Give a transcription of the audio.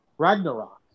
Ragnarok